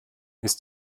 ist